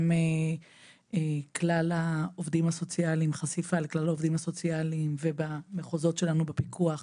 גם חשיפה לכלל העובדים הסוציאליים ובמחוזות שלנו בפיקוח,